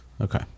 okay